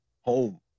home